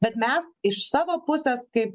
bet mes iš savo pusės kaip